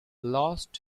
lost